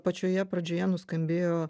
pačioje pradžioje nuskambėjo